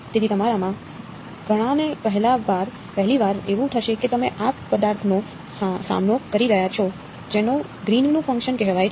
તેથી તમારામાંના ઘણાને પહેલી વાર એવું થશે કે તમે આ પદાર્થનો સામનો કરી રહ્યા છો જેને ગ્રીનનું ફંક્શન્સ કહેવાય છે